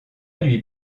lui